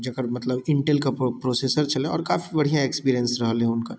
जकर मतलब इनटेलके प्रोसेसर छलै आओर काफी बढ़िआँ एक्सपीरिअन्स रहलै हुनकर